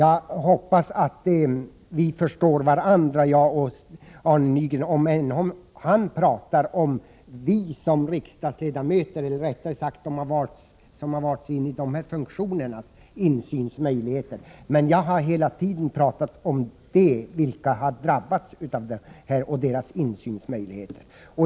Jag hoppas att Arne Nygren och jag förstår varandra, om än han pratar om oss som riksdagsledamöter — eller rättare sagt om dem som har valts in i de funktioner han nämnde — och våra insynsmöjligheter. Jag har hela tiden pratat om dem som har drabbats av det här och deras insynsmöjligheter.